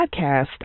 podcast